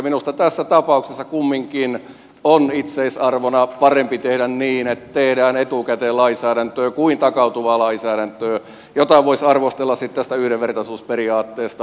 minusta tässä tapauksessa kumminkin on itseisarvona parempi tehdä niin että tehdään etukäteen lainsäädäntöä kuin takautuvaa lainsäädäntöä jota voisi arvostella sitten tästä yhdenvertaisuusperiaatteesta